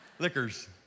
Liquors